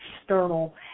external